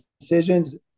decisions